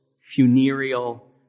funereal